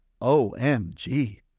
OMG